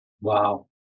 Wow